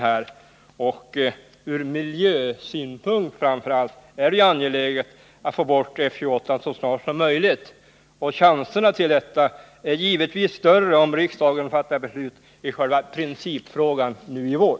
Framför allt ur miljösynpunkt är det angeläget att få bort F 28 från Bromma så snart som möjligt. Och chanserna till detta är givetvis större om riksdagen fattar beslut i själva principfrågan nu i vår.